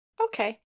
Okay